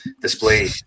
display